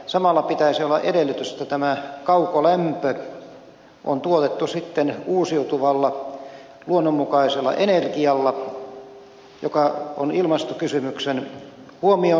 samalla pitäisi olla edellytys että tämä kaukolämpö on tuotettu sitten uusiutuvalla luonnonmukaisella energialla joka on ilmastokysymyksen huomioon ottava